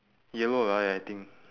yellow ah I think